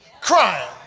crying